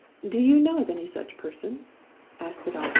do you know of any such person asked the doctor,